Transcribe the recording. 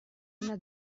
una